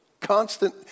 constant